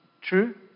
True